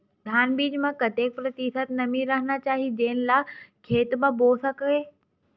धान बीज म कतेक प्रतिशत नमी रहना चाही जेन ला खेत म बो सके?